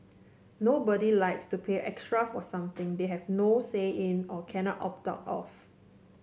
nobody likes to pay extra for something they have no say in or cannot opt out of